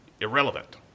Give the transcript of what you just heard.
irrelevant